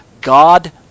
God